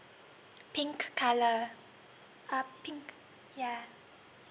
pink colour uh pink yeah